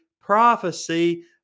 prophecy